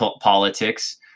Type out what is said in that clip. politics